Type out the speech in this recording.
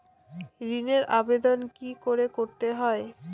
ঋণের আবেদন কি করে করতে হয়?